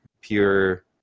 pure